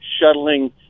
shuttling